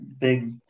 big